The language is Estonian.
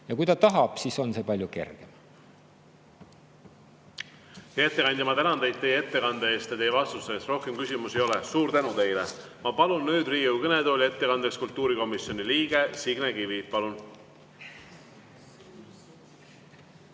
Ja kui ta tahab, siis on see palju kergem. Hea ettekandja, ma tänan teid teie ettekande eest ja teie vastuste eest! Rohkem küsimusi ei ole. Suur tänu teile! Ma palun nüüd Riigikogu kõnetooli ettekandeks kultuurikomisjoni liikme Signe Kivi. Palun!